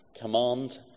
command